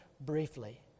briefly